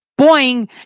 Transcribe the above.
Boeing